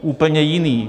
Úplně jiný.